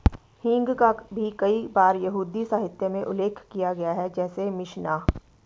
हींग का भी कई बार यहूदी साहित्य में उल्लेख किया गया है, जैसे मिशनाह